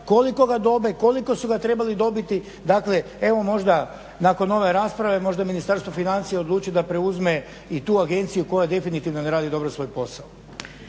koliko ga dobe, koliko su ga trebali dobiti. Dakle evo možda nakon ove rasprave možda Ministarstvo financija odluči da preuzme i tu agenciju koja definitivno ne radi dobro svoj posao.